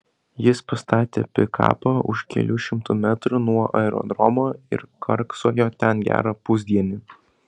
jis pastatė pikapą už kelių šimtų metrų nuo aerodromo ir karksojo ten gerą pusdienį